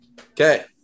Okay